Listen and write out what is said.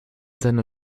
seiner